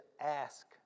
ask